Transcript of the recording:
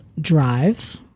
drive